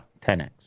10X